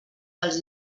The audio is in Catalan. dels